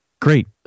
Great